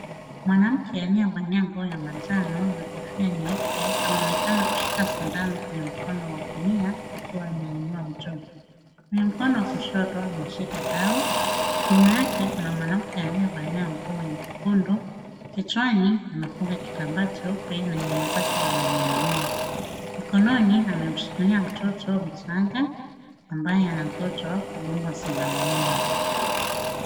Mwanamke anayevalia nguo ya manjano na kofia nyeupe anaonekana kushika sindano kwenye mkono wa kulia akiwa ameinua juu. Kwenye mkono wa kushoto ameshika dawa. Nyuma yake kuna mwanamke aliyevalia nguo nyekundu, kichwani amefunga kitambaa cheupe na nywele zake zinaning'inia. Mkononi amemshikilia mtoto mchanga ambaye anangojwa kudungwa sindano nne.